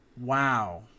wow